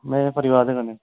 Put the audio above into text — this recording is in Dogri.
में परोआर दे कन्नै